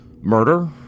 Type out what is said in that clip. murder